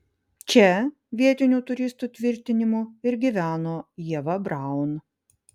čia vietinių turistų tvirtinimu ir gyveno ieva braun